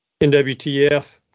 NWTF